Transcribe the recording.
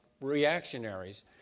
reactionaries